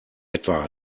etwa